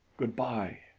good-bye.